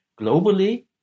globally